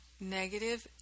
negative